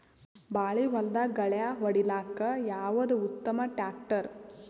ಬಾಳಿ ಹೊಲದಾಗ ಗಳ್ಯಾ ಹೊಡಿಲಾಕ್ಕ ಯಾವದ ಉತ್ತಮ ಟ್ಯಾಕ್ಟರ್?